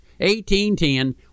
1810